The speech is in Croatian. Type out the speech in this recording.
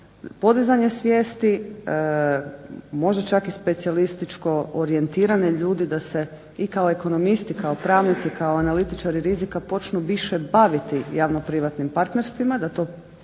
podizanje svijesti, možda čak i specijalističko orijentirane ljude da se i kao ekonomisti kao pravnici kao analitičari rizika počnu više baviti javno-privatnim partnerstvima da to prigrle